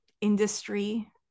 industry